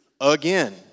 again